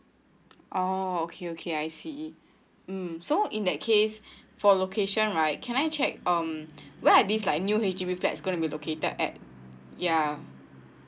oh okay okay I see mm so in that case for location right can I check um what are these like new H_D_B flats going to be located at ya